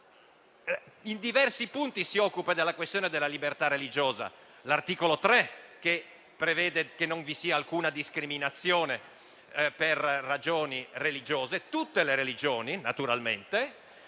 in diversi punti si occupa della questione della libertà religiosa: nell'articolo 3, che prevede che non vi sia alcuna discriminazione per ragioni religiose, tutte le religioni naturalmente;